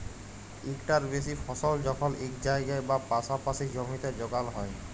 ইকটার বেশি ফসল যখল ইক জায়গায় বা পাসাপাসি জমিতে যগাল হ্যয়